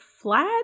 flat